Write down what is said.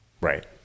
Right